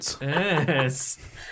Yes